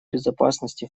безопасности